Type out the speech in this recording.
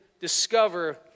discover